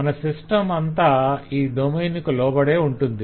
మన సిస్టం అంతా ఈ డొమైన్ కు లోబడే ఉంటుంది